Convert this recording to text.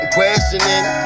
questioning